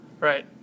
Right